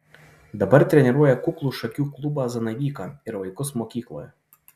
dabar treniruoja kuklų šakių klubą zanavyką ir vaikus mokykloje